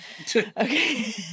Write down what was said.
Okay